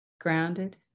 grounded